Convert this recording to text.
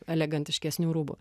elegantiškesnių rūbų